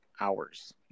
hours